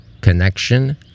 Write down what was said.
Connection